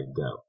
go